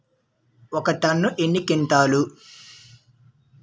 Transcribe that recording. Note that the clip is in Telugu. ఒక టన్ను ఎన్ని క్వింటాల్లు?